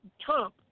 Trump